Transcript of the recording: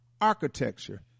architecture